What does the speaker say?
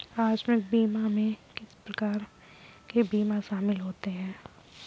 आकस्मिक बीमा में किस प्रकार के बीमा शामिल होते हैं?